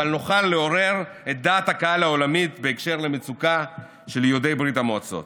אבל נוכל לעורר את דעת הקהל העולמית בקשר למצוקת יהודי ברית המועצות.